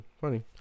funny